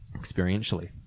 experientially